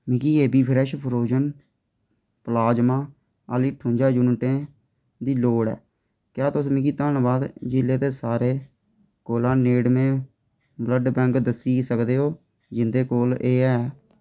मिगी ए बी फ्रैश फ्रोजन प्लाजमा आह्ली आह्ली ठुंजा यूनटें दी लोड़ ऐ क्या तुस मिगी धनबाद जि'ले दे सारे कोला नेड़मे ब्लड बैंक दस्सी सकदे ओ जिं'दे कोल एह् है